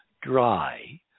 dry